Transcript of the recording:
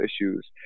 issues